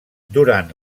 durant